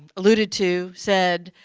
alluded to said,